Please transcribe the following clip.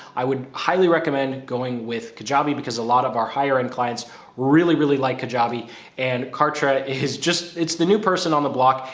i would highly recommend going with kajabi, because a lot of our higher end clients really really like kajabi and kartra is just, it's the new person on the block.